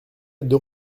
deux